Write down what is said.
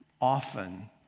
often